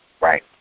Right